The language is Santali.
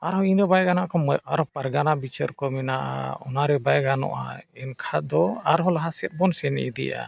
ᱟᱨᱦᱚᱸ ᱤᱱᱟᱹ ᱵᱟᱭ ᱜᱟᱱᱚᱜ ᱠᱷᱟᱱ ᱟᱨᱦᱚᱸ ᱯᱟᱨᱜᱟᱱᱟ ᱵᱤᱪᱟᱹᱨ ᱠᱚ ᱢᱮᱱᱟᱜᱼᱟ ᱚᱱᱟᱨᱮ ᱵᱟᱭ ᱜᱟᱱᱚᱜᱼᱟ ᱮᱱᱠᱷᱟᱱ ᱫᱚ ᱟᱨᱦᱚᱸ ᱞᱟᱦᱟ ᱥᱮᱫ ᱵᱚᱱ ᱥᱮᱱ ᱤᱫᱤᱜᱼᱟ